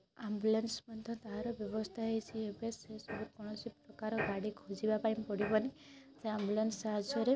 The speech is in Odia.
ଆମ୍ବୁଲାନ୍ସ୍ ମଧ୍ୟ ତାହାର ବ୍ୟବସ୍ଥା ହେଇଛି ଏବେ ସେସବୁ କୌଣସି ପ୍ରକାର ଗାଡ଼ି ଖୋଜିବା ପାଇଁ ପଡ଼ିବନି ସେ ଆମ୍ବୁଲାନ୍ସ୍ ସାହାଯ୍ୟରେ